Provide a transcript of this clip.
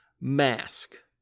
mask